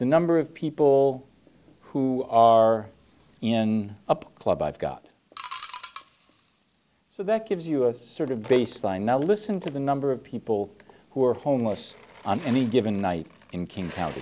the number of people who are in a club i've got so that gives you a sort of baseline now listen to the number of people who are homeless on any given night in king county